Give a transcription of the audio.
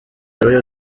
royal